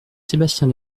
sébastien